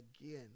again